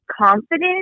confident